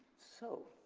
so,